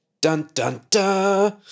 Dun-dun-dun